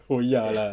oh ya lah